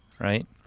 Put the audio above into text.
right